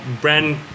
brand